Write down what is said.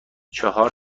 چهار